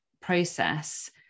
process